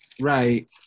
Right